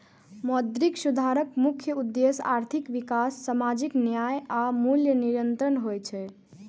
मौद्रिक सुधारक मुख्य उद्देश्य आर्थिक विकास, सामाजिक न्याय आ मूल्य नियंत्रण होइ छै